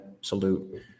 Salute